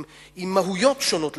עם מהויות שונות לחלוטין.